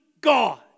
God